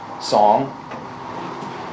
song